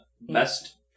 best